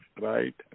right